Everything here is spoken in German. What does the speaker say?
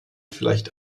vielleicht